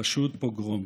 פשוט פוגרום.